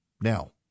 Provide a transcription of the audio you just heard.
Now